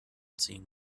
ziehen